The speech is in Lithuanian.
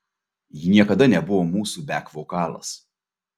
ji niekada nebuvo mūsų bek vokalas